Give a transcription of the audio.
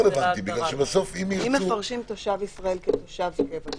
אם מפרשים תושב ישראל כתושב קבע,